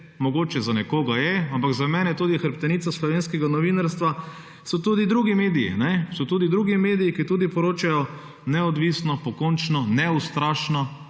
mogoče za nekoga je, ampak za mene tudi hrbtenica slovenskega novinarstva so tudi drugi mediji, ki tudi poročajo neodvisno, pokončno, neustrašno.